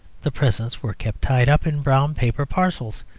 the presents were kept tied up in brown-paper parcels,